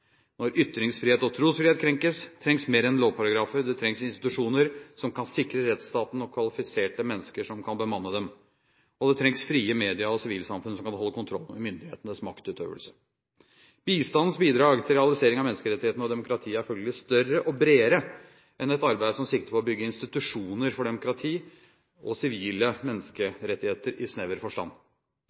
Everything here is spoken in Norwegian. Når ytringsfrihet og trosfrihet krenkes, trengs mer enn lovparagrafer. Det trengs institusjoner som kan sikre rettsstaten, og kvalifiserte mennesker som kan bemanne dem. Og det trengs frie medier og sivilsamfunn som kan holde kontroll med myndighetenes maktutøvelse. Bistandens bidrag til realisering av menneskerettighetene og demokratiet er følgelig større og bredere enn et arbeid som sikter på å bygge institusjoner for demokrati og sivile menneskerettigheter i snever forstand.